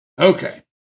Okay